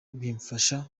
bimfasha